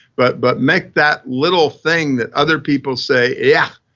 but but make that little thing that other people say, yeah!